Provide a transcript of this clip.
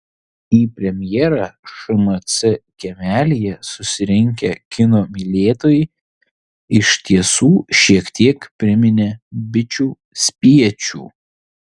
į premjerą šmc kiemelyje susirinkę kino mylėtojai iš tiesų šiek tiek priminė bičių spiečių